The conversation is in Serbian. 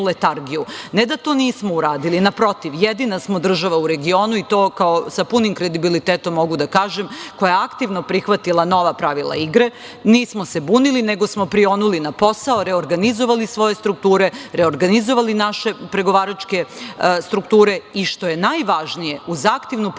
da to nismo uradili, naprotiv jedina smo država u regionu, i to sa punim kredibilitetom mogu da kažem, koja je aktivno prihvatila nova pravila igre. Nismo se bunili, nego smo prionuli na posao, reorganizovali svoje strukture, reorganizovali naše pregovaračke strukture i, što je najvažnije, uz aktivnu podršku